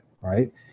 right